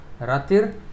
Ratir